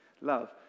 love